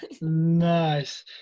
Nice